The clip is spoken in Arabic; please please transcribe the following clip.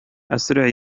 أسرع